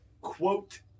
quote-